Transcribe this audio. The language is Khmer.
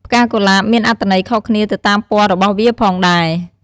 ផ្កាកុលាប មានអត្ថន័យខុសគ្នាទៅតាមពណ៌របស់វាផងដែរ។